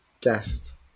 guest